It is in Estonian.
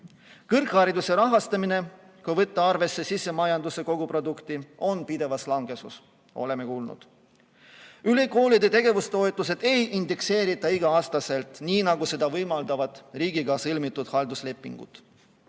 Kõrghariduse rahastamine, kui võtta arvesse sisemajanduse koguprodukti, on pidevas languses. Oleme kuulnud. Ülikoolide tegevustoetusi ei indekseerita iga-aastaselt, nii nagu seda võimaldavad riigiga sõlmitud halduslepingud.